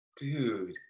Dude